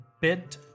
bit